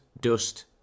Dust